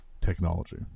technology